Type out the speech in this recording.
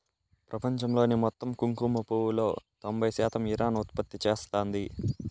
ప్రపంచంలోని మొత్తం కుంకుమ పువ్వులో తొంబై శాతం ఇరాన్ ఉత్పత్తి చేస్తాంది